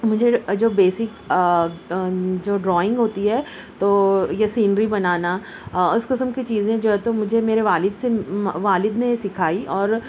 مجھے جو بیسک جو ڈرائنگ ہوتی ہے تو یہ سینری بنانا اس قسم کی چیزیں جو ہے تو مجھے میرے والد سے والد نے سکھائی اور